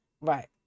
Right